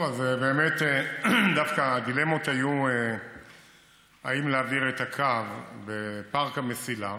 באמת דווקא הדילמות היו אם להעביר את הקו בפארק המסילה,